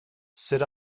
sit